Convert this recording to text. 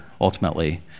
ultimately